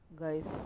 guys